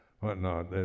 whatnot